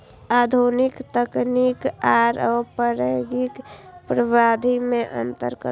आधुनिक तकनीक आर पौराणिक पद्धति में अंतर करू?